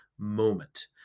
moment